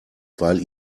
weil